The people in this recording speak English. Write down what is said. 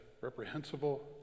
reprehensible